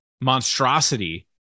monstrosity